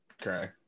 Okay